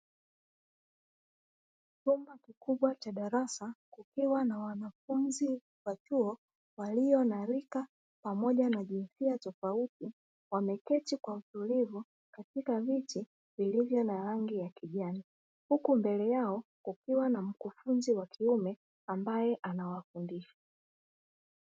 Chumba kikubwa cha darasa, kukiwa na wanafunzi wa chuo, walio na rika pamoja na jinsia tofauti, wameketi kwa utulivu katika viti vilivyo na rangi ya kijani. Huku mbele yao, kukiwa na mkufunzi wa kiume ambaye anawafundisha.